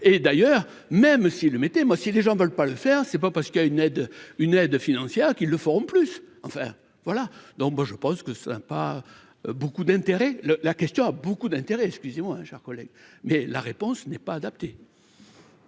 et d'ailleurs, même si le mettez-moi si les gens veulent pas le faire, c'est pas parce qu'il y a une aide, une aide financière qu'ils le font plus, enfin voilà, donc moi je pense que ça n'a pas beaucoup d'intérêt le la question a beaucoup d'intérêts, excusez-moi, hein, chers collègues, mais la réponse n'est pas adapté.